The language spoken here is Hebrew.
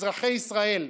אזרחי ישראל,